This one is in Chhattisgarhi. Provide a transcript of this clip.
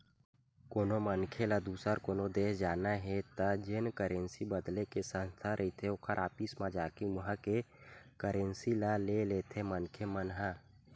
कोनो मनखे ल दुसर कोनो देस जाना हे त जेन करेंसी बदले के संस्था रहिथे ओखर ऑफिस म जाके उहाँ के करेंसी ल ले लेथे मनखे मन ह